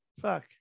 fuck